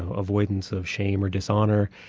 avoidance of shame or dishonour,